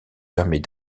permet